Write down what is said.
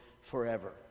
forever